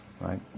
right